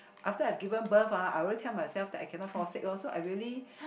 after I've given birth ah I already tell myself that I cannot fall sick loh so I really